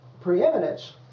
preeminence